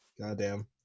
Goddamn